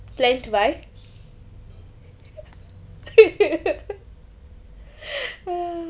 planned by